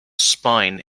spine